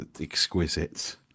exquisite